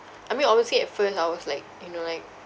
I mean obviously at first I was like you know like